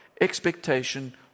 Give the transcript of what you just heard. expectation